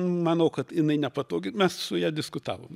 manau kad jinai nepatogi mes su ja diskutavom